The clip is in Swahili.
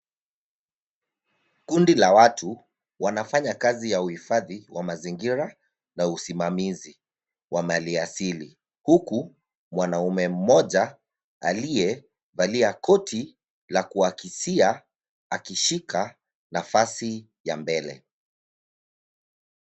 Kundi la watu wanafanya kazi ya uhifadhi wa mazingira na usimamizi wa mali asili, huku mwanaume mmoja aliyevalia koti la kuakisia akishika nafasi ya mbele.